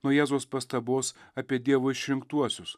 nuo jėzaus pastabos apie dievo išrinktuosius